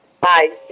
Bye